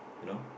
you know